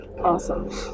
Awesome